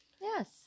yes